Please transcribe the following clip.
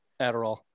Adderall